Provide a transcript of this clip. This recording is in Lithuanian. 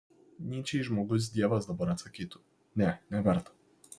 nyčei žmogus dievas dabar atsakytų ne neverta